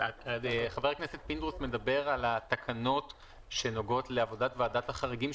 חבר הכנסת פינדרוס מדבר על התקנות שנוגעות לעבדות ועדת החריגים,